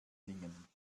dingen